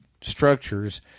structures